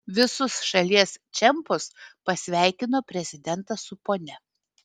visus šalies čempus pasveikino prezidentas su ponia